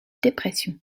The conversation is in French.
dépression